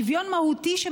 שוויון מהותי,